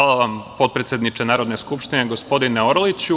Hvala vam, potpredsedniče Narodne skupštine, gospodine Orliću.